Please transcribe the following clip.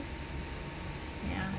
ya